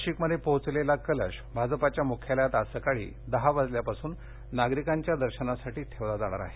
नाशिकमध्ये पोहोचलेला कलश भाजपाच्या मुख्यालयात आज सकाळी दहा वाजल्यापासून नागरिकांच्या दर्शनासाठी ठेवला जाणार आहे